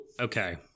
okay